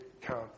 count